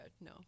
no